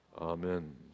Amen